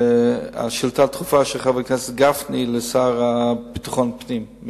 השאילתא הדחופה של חבר הכנסת גפני לשר לביטחון פנים,